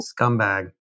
Scumbag